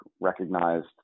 recognized